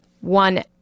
one